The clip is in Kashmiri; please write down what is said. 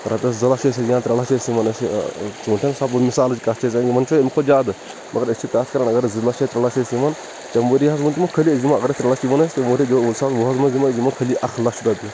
رۄپِیس زٕ لَچھ ٲسۍ اَسہِ یِون ترٛےٚ کچھ أسۍ یِون ژونٛھٹٮ۪ن سپوز مثالٕچ کَتھ چھِ زن یِمن چھِ تمہِ کھۄتہٕ زِیادٕ مگر أسۍ چھِ کَتھ کران اگر زٕ لَچھ یا ترٛےٚ لَچھ أسۍ یِوان تمہِ ؤرۍ یہِ حظ وون تِمو خٲلی أسۍ دِمو زٕ ساس وُہَس منٛز یِمَے یِمَے خٲلِی اَکھ لَچھ رۄپیہِ